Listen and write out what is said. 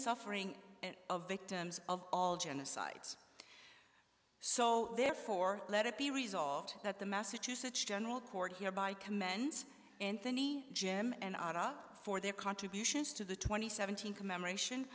suffering of victims of all genocides so therefore let it be resolved that the massachusetts general court here by commend anthony jim and ira for their contributions to the twenty seven thousand commemoration